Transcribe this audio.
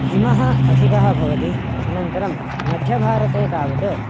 हिमः अधिकः भवति अनन्तरं मध्यभारते तावत्